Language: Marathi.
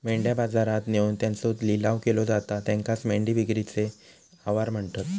मेंढ्या बाजारात नेऊन त्यांचो लिलाव केलो जाता त्येकाचं मेंढी विक्रीचे आवार म्हणतत